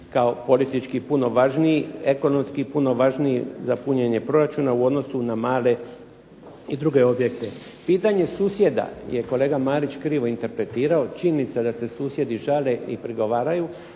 kao politički puno važniji, ekonomski puno važniji za punjenje proračuna u odnosu na male i druge objekte. Pitanje susjeda je kolega Marić krivo interpretirao. Činjenica je da se susjedi žale i prigovaraju,